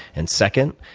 and second,